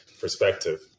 perspective